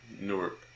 Newark